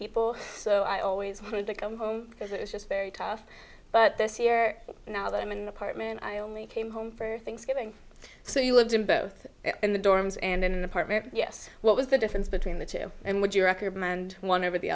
people so i always had to come home because it was just very tough but this year now that i'm in an apartment i only came home for thanksgiving so you lived in both in the dorms and in an apartment yes what was the difference between the two and would you record my and one over the